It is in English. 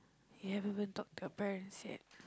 you haven't even talk to you parents yet